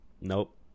Nope